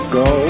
go